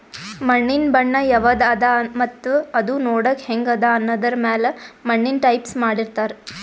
ಮಣ್ಣಿನ್ ಬಣ್ಣ ಯವದ್ ಅದಾ ಮತ್ತ್ ಅದೂ ನೋಡಕ್ಕ್ ಹೆಂಗ್ ಅದಾ ಅನ್ನದರ್ ಮ್ಯಾಲ್ ಮಣ್ಣಿನ್ ಟೈಪ್ಸ್ ಮಾಡಿರ್ತಾರ್